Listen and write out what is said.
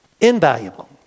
Invaluable